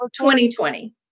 2020